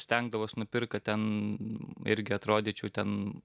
stengdavos nupirkt kad ten irgi atrodyčiau ten